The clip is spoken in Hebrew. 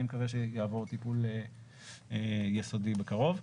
אני מקווה שיעבור טיפול יסודי בקרוב.